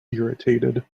irritated